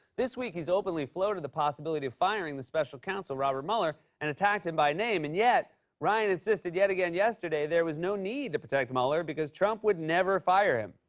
this week, he's openly floated the possibility of firing the special counsel robert mueller and attacked him by name, and yet ryan insisted yet again yesterday there was no need to protect mueller because trump would never fire him.